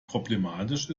problematisch